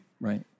Right